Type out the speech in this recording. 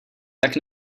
tak